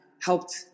helped